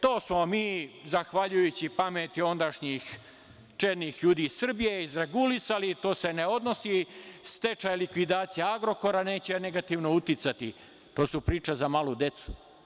To smo mi zahvaljujući pameti ondašnjih čelnih ljudi iz Srbije izregulisali, to se ne odnosi, stečaj i likvidacija „Agrokora“ neće negativno uticati, to su priče za malu decu.